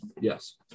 Yes